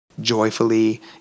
joyfully